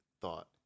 thought